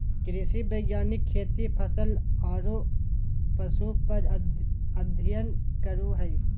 कृषि वैज्ञानिक खेती, फसल आरो पशु पर अध्ययन करो हइ